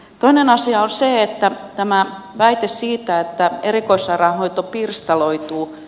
toinen asia on tämä väite siitä että erikoissairaanhoito pirstaloituu